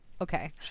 Okay